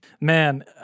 Man